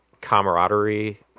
camaraderie